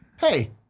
hey